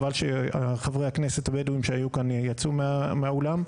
חבל שחברי הכנסת הבדואים שהיו כאן יצאו מהאולם,